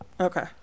Okay